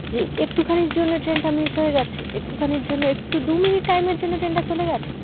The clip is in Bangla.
যে একটুখানির জন্য ট্রেনটা মিস হয়ে গিয়েছে একটুখানির জন্য একটু দু মিনিট টাইমের জন্য ট্রেনটা চলে গিয়েছে